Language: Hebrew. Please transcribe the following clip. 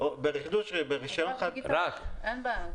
אין בעיה.